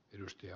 ylös ja